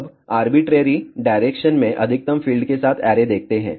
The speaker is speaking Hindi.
अब आर्बिट्रेरी डायरेक्शन में अधिकतम फील्ड के साथ ऐरे देखते हैं